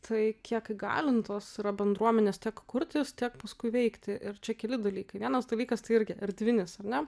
tai kiek įgalintos bendruomenės tiek kurtis tiek paskui veikti ir čia keli dalykai vienas dalykas tai irgi erdvinis ar ne